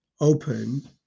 open